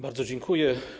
Bardzo dziękuję.